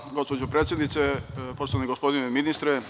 Hvala gospođo predsednice, poštovani gospodine ministre.